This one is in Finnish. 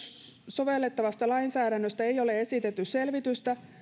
sovellettavasta lainsäädännöstä ole esitetty selvitystä